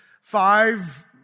five